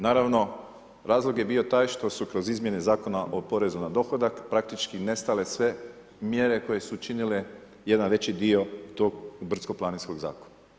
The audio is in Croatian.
Naravno razlog je bio taj, što su kroz izmjene Zakona o porezu na dohodak, praktički nestale sve mjere koje su činili jedan veći dio tog brdsko planinskog zakona.